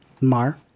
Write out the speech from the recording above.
Mar